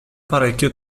parecchio